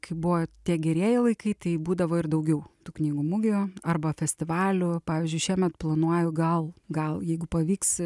kai buvo tie gerieji laikai tai būdavo ir daugiau tų knygų mugių arba festivalių pavyzdžiui šiemet planuoju gal gal jeigu pavyks